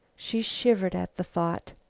she shivered at the thought.